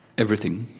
everything.